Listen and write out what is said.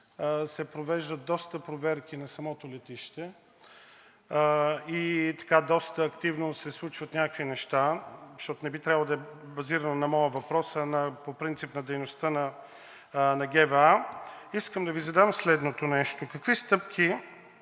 се провеждат доста проверки на самото летище и доста активно се случват някакви неща, защото не би трябвало да е базирано на моя въпрос, а по принцип на дейността на ГВА, искам да Ви задам следното нещо. Какви стъпки